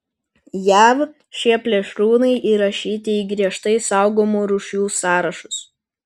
jav šie plėšrūnai įrašyti į griežtai saugomų rūšių sąrašus